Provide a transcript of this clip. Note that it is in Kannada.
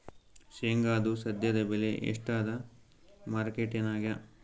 ಶೇಂಗಾದು ಸದ್ಯದಬೆಲೆ ಎಷ್ಟಾದಾ ಮಾರಕೆಟನ್ಯಾಗ?